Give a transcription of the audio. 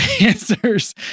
answers